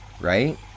right